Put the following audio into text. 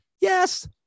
yes